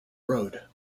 road